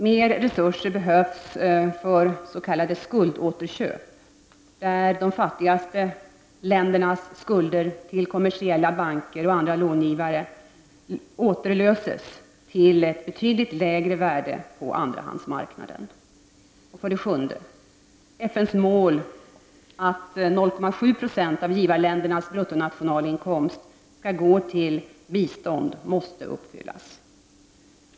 Mer resurser behövs för s.k. skuldåterköp, där de fattigaste ländernas skulder till kommersiella banker och andra långivare återlöses till ett betydligt lägre värde på andrahandsmarknaden. 7. FN:s mål att 0,7 70 av givarländernas bruttonationalinkomst skall gå till bistånd måste uppfyllas.